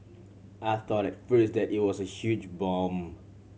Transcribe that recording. I thought at first that it was a huge bomb